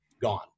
gone